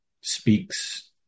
speaks